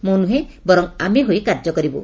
ମୁଁ ନୁହେଁ ବରଂ ଆମେ ହୋଇ କାର୍ଯ୍ୟ କରିବ୍